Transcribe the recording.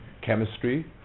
chemistry